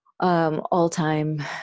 all-time